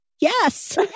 Yes